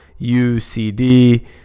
UCD